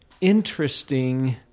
interesting